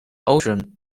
ocean